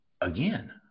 again